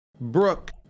brooke